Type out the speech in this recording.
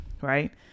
right